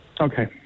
Okay